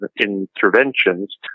interventions